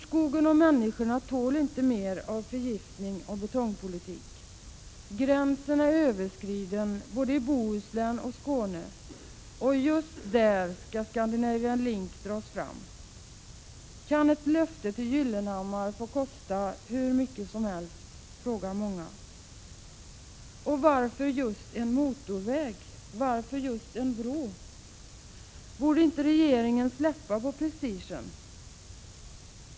Skogen och människorna tål inte mer av förgiftning och betongpolitik. Gränsen är överskriden både i Bohuslän och i Skåne — och just där skall Scandinavian Link dras fram. Många frågar sig om ett löfte till Gyllenhammar kan få kosta hur mycket som helst och varför just en motorväg, och varför just en bro? Borde inte regeringen släppa på prestigen?